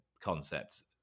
concepts